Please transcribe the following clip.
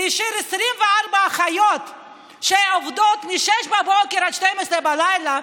וישאיר 24 אחיות שעובדות מ-06:00 עד 24:00,